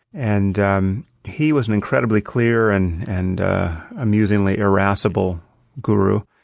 and um he was an incredibly clear and and amusingly irascible guru.